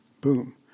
Boom